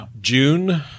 June